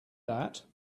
that